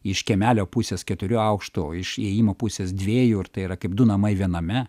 iš kiemelio pusės keturių aukštų o iš įėjimo pusės dviejų ir tai yra kaip du namai viename